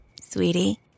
Sweetie